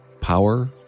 power